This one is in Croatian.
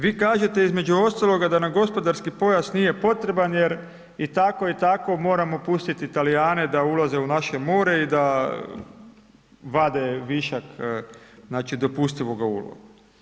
Vi kažete između ostaloga da nam gospodarski pojas nije potreban jer i tako i tako moramo pustiti Talijane da ulaze u naše more i da vade višak znači dopustivoga ulova.